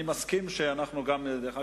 דרך אגב,